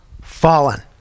fallen